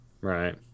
Right